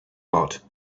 lot